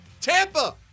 Tampa